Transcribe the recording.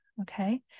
Okay